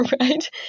right